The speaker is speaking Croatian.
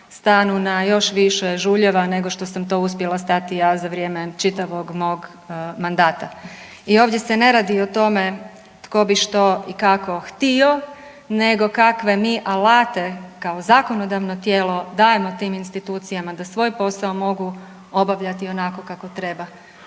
stanu na još više žuljeva nego što sam to uspjela stati ja za vrijeme čitavog mog mandata. I ovdje se ne radi o tome tko bi što i kako htio nego kakve mi alate kao zakonodavno tijelo dajemo tim institucijama da svoj posao mogu obavljati onako kako treba.